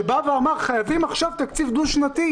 שבא ואמר: חייבים עכשיו תקציב דו-שנתי,